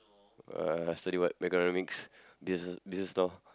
uh study what macroeconomics business business law